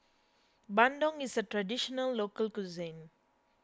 Bandung is a Traditional Local Cuisine